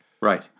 Right